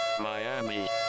Miami